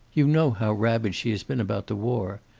you know how rabid she has been about the war.